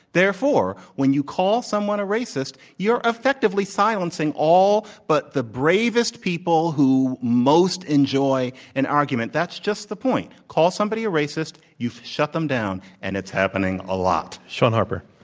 therefore, when you call someone a racist, you're effectively silencing all but the bravest people who most enjoy an argument. that's just the point. call somebody a racist, you've shut them down. and it's happening a lot. shaun harper.